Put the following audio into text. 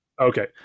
okay